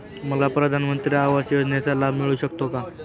मला प्रधानमंत्री आवास योजनेचा लाभ मिळू शकतो का?